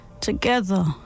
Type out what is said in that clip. together